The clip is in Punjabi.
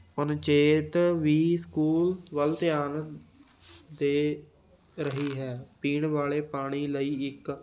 ਪੰਚਾਇਤ ਵੀ ਸਕੂਲ ਵੱਲ ਧਿਆਨ ਦੇ ਰਹੀ ਹੈ ਪੀਣ ਵਾਲੇ ਪਾਣੀ ਲਈ ਇੱਕ